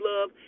love